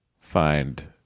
find